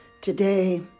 Today